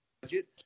budget